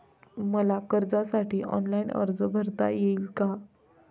मला कर्जासाठी ऑनलाइन अर्ज भरता येईल का?